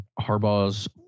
Harbaugh's